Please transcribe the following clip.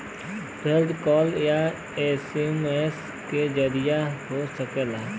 fraud call या SMS के जरिये हो सकला